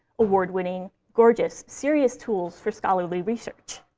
award-winning, gorgeous, serious tools for scholarly research.